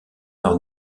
par